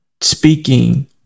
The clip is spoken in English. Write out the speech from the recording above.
speaking